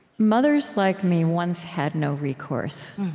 mothers like me once had no recourse,